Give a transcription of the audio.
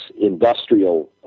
industrial